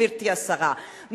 גברתי השרה,